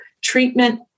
treatment